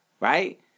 right